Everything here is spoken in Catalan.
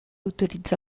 autoritze